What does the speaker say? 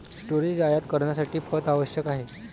storage आयात करण्यासाठी पथ आवश्यक आहे